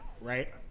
right